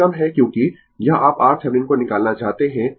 यह कम है क्योंकि यह आप RThevenin को निकालना चाहते है